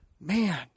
man